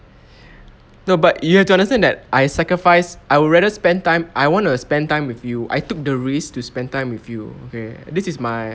no but you have to understand that I sacrificed I would rather spend time I want to spend time with you I took the risk to spend time with you okay this is my